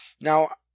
Now